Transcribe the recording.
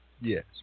Yes